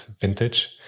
vintage